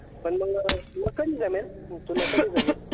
पण मग तुला कधी जमेल तुला कधी जमेल